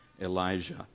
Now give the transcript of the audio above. Elijah